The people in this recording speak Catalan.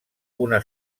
una